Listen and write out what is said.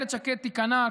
אילת שקד תיכנע,